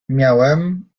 miałem